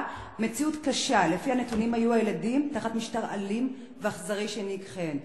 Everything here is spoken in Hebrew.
מציאות קשה לפיה היו נתונים הילדים תחת משטר אלים ואכזרי שהנהיג חן,